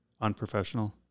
unprofessional